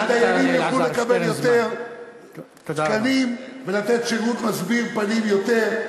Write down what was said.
שהדיינים יוכלו לקבל יותר תקנים ולתת שירות מסביר פנים יותר,